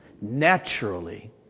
naturally